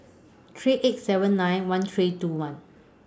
three eight seven nine one three two one